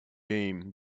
game